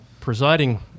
presiding